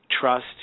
trust